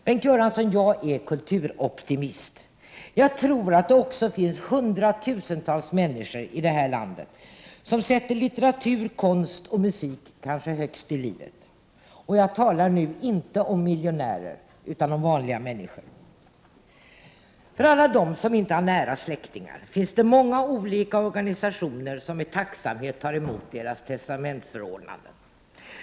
Bengt Göransson, jag är kulturoptimist. Jag tror att det finns hundratusentals människor i det här landet som sätter litteratur, konst och musik kanske högst i livet. Och jag talar nu inte om miljonärer utan om vanliga människor. För alla de människor som inte har nära släktingar finns det många olika organisationer som med tacksamhet tar emot testamentsförordnanden.